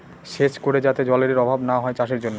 সেচ করে যাতে জলেরর অভাব না হয় চাষের জন্য